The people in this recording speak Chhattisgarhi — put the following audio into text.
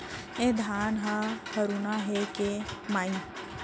ए धान ह हरूना हे के माई?